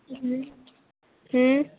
हम्म हम्म